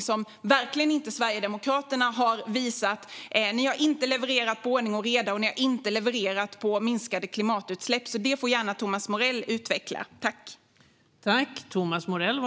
Sverigedemokraterna har varken levererat vad gäller ordning och reda eller minskade klimatutsläpp, så det får Thomas Morell gärna utveckla.